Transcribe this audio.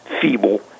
feeble